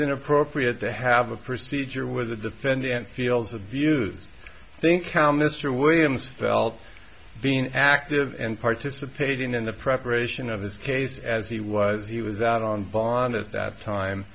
inappropriate to have a procedure with a defendant feels abuse i think carroll mr williams felt being active and participating in the preparation of his case as he was he was out on bond at that time